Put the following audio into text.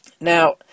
Now